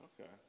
Okay